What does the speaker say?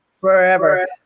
Forever